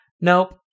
Nope